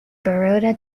baroda